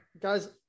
guys